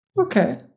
Okay